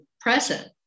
present